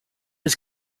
his